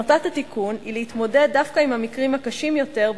מטרת התיקון היא להתמודד דווקא עם המקרים הקשים יותר,